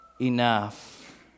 enough